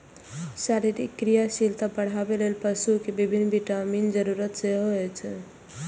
शरीरक क्रियाशीलता बढ़ाबै लेल पशु कें विभिन्न विटामिनक जरूरत सेहो होइ छै